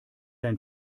dein